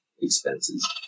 expenses